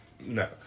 No